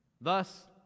Thus